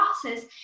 process